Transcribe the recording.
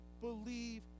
believe